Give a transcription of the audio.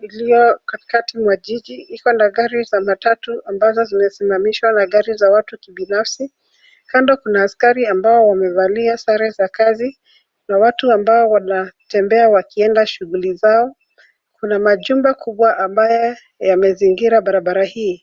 iliyo katikati mwa jiji. Iko na gari za matatu ambazo zimesimamishwa na gari za watu kibinafsi. Kando kuna askari ambao wamevalia sare za kazi na watu ambao wanatembea wakienda shughuli zao. Kuna majumba kubwa ambayo yamezingira barabara hii.